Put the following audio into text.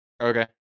Okay